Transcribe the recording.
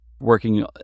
working